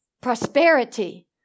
Prosperity